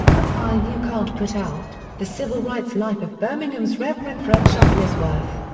a fire you can't put out the civil rights life of birmingham's reverend fred shuttlesworth.